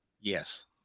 Yes